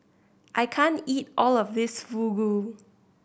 I can't eat all of this Fugu